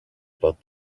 about